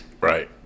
Right